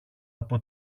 από